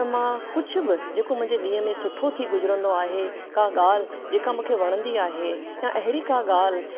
मां कुझु बि जेको मुंहिंजे ॾींहं में सुठो थिए गुजरंदो आहे का ॻाल्हि जेका मूंखे वणंदी आहे या अहिड़ी का ॻाल्हि जेका मां